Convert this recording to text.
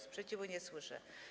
Sprzeciwu nie słyszę.